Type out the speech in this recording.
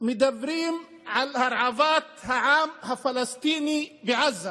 מדברים על הרעבת העם הפלסטיני בעזה